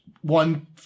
one